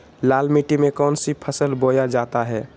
लाल मिट्टी में कौन सी फसल बोया जाता हैं?